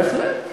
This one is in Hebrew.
בהחלט.